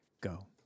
Go